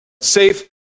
Safe